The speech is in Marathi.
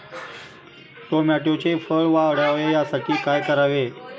टोमॅटोचे फळ वाढावे यासाठी काय करावे?